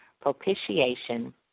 propitiation